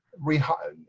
rehire.